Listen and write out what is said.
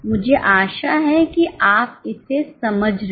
मुझे आशा है कि आप इसे समझ रहे हैं